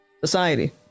society